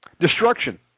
Destruction